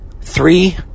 three